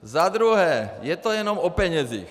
Za druhé, je to jenom o penězích.